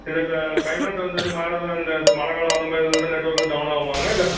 இல்லை க க்ளைமேட்டு வந்து எதும் மாறுது அந்த அதில் மழைக்காலம் அந்த மாதிரி உள்ளது நெட்வொர்க் எதும் டவுன் ஆகுமாங்க இல்லை